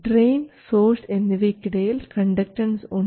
drain source എന്നിവയ്ക്കിടയിൽ conductance ഉണ്ട്